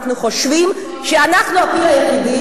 אנחנו חושבים שאנחנו הפיל היחידי